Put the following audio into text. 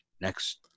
next